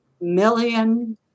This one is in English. million